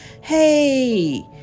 Hey